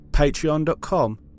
Patreon.com